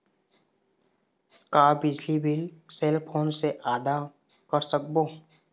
का बिजली bill cell phone से आदा कर सकबो?